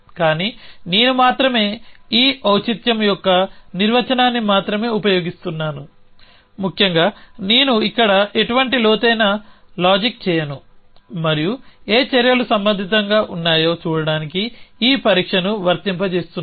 కానీ నేను మాత్రమే ఈ ఔచిత్యం యొక్క నిర్వచనాన్ని మాత్రమే ఉపయోగిస్తున్నాను ముఖ్యంగా నేను ఇక్కడ ఎటువంటి లోతైన తార్కికం చేయను మరియు ఏ చర్యలు సంబంధితంగా ఉన్నాయో చూడటానికి ఈ పరీక్షను వర్తింపజేస్తున్నాను